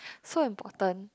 so important